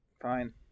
Fine